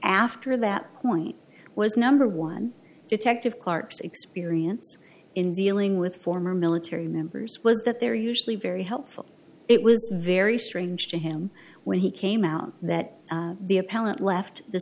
after that point was number one detective clark's experience in dealing with former military members was that they're usually very helpful it was very strange to him when he came out that the appellant left the